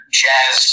jazz